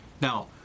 Now